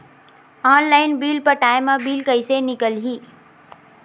Online bill पटाय मा bill कइसे निकलही?